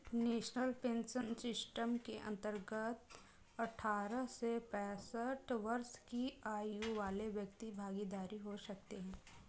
national pension system के अंतर्गत अठारह से पैंसठ वर्ष की आयु वाले व्यक्ति भागीदार हो सकते हैं